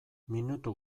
minutu